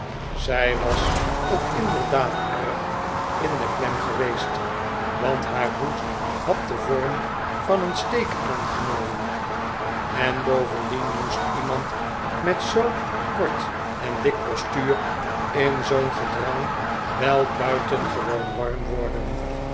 zij was ook inderdaad erg in de klem geweest want haar hoed had den vorm van een steek aangenomen en bovendien moest iemand met zoo'n kort en dik postuur in zoo'n gedrang wel buitengewoon warm worden